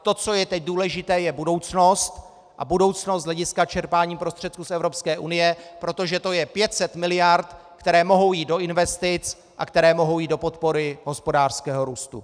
To, co je teď důležité, je budoucnost, a budoucnost z hlediska čerpání prostředků z Evropské unie, protože to je 500 miliard, které mohou jít do investic a které mohou jít do podpory hospodářského růstu.